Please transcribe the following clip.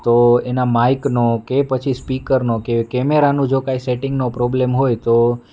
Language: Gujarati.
તો એના માઇકનો કે પછી સ્પીકરનો કે કેમેરાનું જો કાંઈ સેટિંગનો પ્રોબ્લેમ હોય તો